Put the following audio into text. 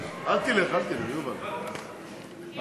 ברשות